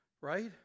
Right